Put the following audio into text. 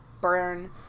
burn